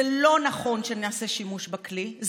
זה לא נכון שנעשה שימוש בכלי,